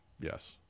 yes